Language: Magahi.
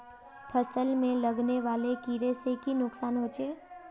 फसल में लगने वाले कीड़े से की नुकसान होचे?